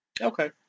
Okay